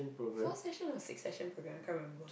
four session or six session program I can't remember